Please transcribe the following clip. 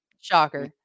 shocker